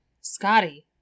Scotty